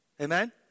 Amen